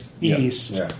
East